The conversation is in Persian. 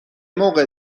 موقع